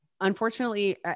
unfortunately